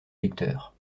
lecteur